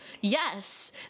Yes